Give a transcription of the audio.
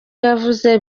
yavuze